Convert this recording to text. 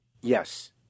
Yes